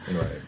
Right